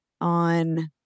on